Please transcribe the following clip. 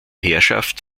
herrschaft